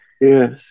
Yes